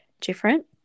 different